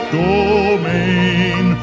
domain